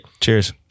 Cheers